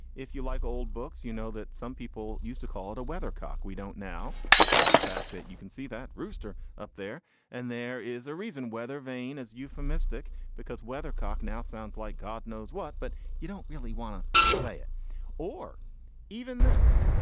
if you like old books. you know that some people used to call it a weathercock. we dont now, despite the fact that you can see that rooster up there and there is a reason weather vane is euphemistic because weathercock now sounds like god knows what, but you don't really want to say it or even this.